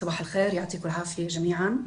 בוקר טוב ויישר כוח לכולם,